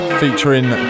featuring